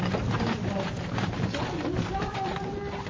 in terms of like the japanese rap, i wonder.